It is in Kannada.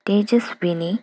ತೇಜಸ್ವಿನಿ